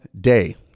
day